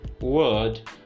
word